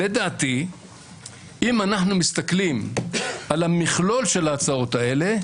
לדעתי אם אנחנו מסתכלים על המכלול של ההצעות האלה,